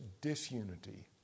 disunity